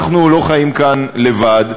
אנחנו לא חיים כאן לבד,